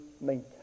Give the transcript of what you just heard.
maintain